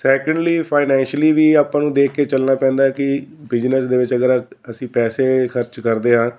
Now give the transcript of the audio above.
secondly financially ਵੀ ਆਪਾਂ ਨੂੰ ਦੇਖ ਕੇ ਚੱਲਣਾ ਪੈਂਦਾ ਕਿ ਬਿਜਨਸ ਦੇ ਵਿੱਚ ਅਗਰ ਅਸੀਂ ਪੈਸੇ ਖਰਚ ਕਰਦੇ ਹਾਂ